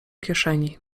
kieszeni